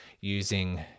using